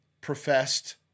professed